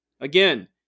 Again